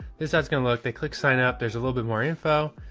this ad's going to look, they click sign up, there's a little bit more info,